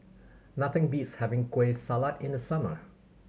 nothing beats having Kueh Salat in the summer